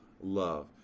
love